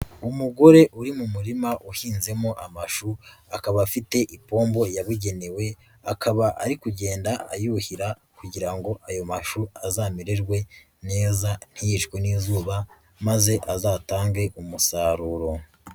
Umugore uri mu murima uhinzemo amashu, akaba afite ipombo yabugenewe akaba ari kugenda ayuhira kugira ngo ayo mashu azamererwe neza ntiyicwe n'izuba maze azatange umusaruro.